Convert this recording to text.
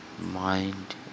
Mind